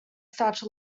starch